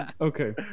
okay